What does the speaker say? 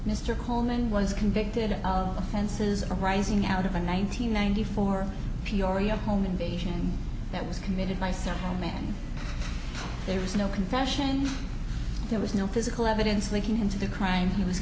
mr coleman was convicted of offenses arising out of a nine hundred ninety four peoria home invasion that was committed myself when there was no confession there was no physical evidence linking him to the crime he was